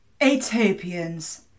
Atopians